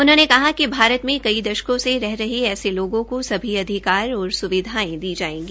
उन्होंने कहा कि भारत में कई दशकों से रह रहे ऐसे लोगों को सभी अधिकार और सुविधायें दी जायेगी